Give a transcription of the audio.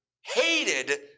hated